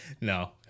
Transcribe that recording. No